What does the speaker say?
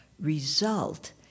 result